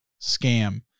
scam